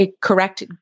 correct